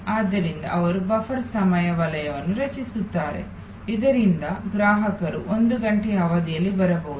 ಆದ್ದರಿಂದ ಅವರು ಬಫರ್ ಸಮಯ ವಲಯವನ್ನು ರಚಿಸುತ್ತಾರೆ ಇದರಿಂದ ಗ್ರಾಹಕರು ಒಂದು ಗಂಟೆಯ ಅವಧಿಯಲ್ಲಿ ಬರಬಹುದು